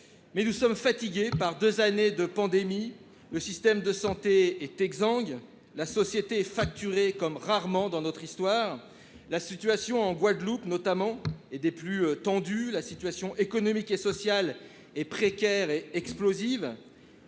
Nous sommes fatigués par deux années de pandémie : le système de santé est exsangue ; la société est fracturée comme rarement dans notre histoire ; la situation, en Guadeloupe notamment, est des plus tendues ; la situation économique et sociale est précaire et explosive.